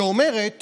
שאומרת